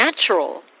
natural